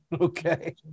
Okay